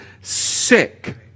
sick